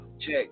check